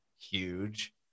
huge